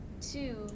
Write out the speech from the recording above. two